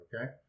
okay